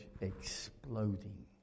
exploding